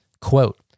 Quote